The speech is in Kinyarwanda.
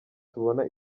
tubona